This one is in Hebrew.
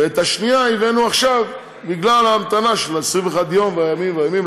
ואת השנייה הבאנו עכשיו בגלל ההמתנה של 21 יוםף והימים,